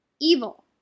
Evil